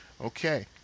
Okay